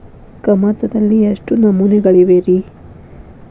ಕಮತದಲ್ಲಿ ಎಷ್ಟು ನಮೂನೆಗಳಿವೆ ರಿ?